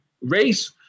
race